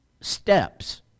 steps